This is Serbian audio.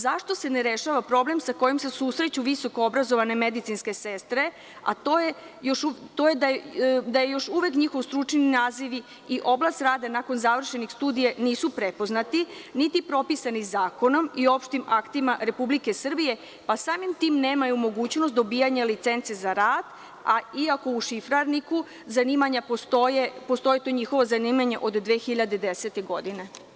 Zašto se ne rešava problem sa kojim se susreću visoko obrazovane medicinske sestre, a to je da je još uvek njihovi stručni nazivi i oblast rada nakon završenih studija nisu prepoznati, niti propisani zakonom i opštim aktima Republike Srbije, pa samim tim nemaju mogućnost dobijanja licence za rad, iako u šifarniku zanimanja postoji to njihovo zanimanje od 2010. godine?